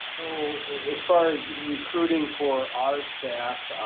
so as far as recruiting for our staff